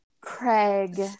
craig